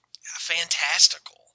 fantastical